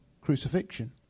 crucifixion